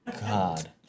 God